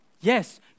Yes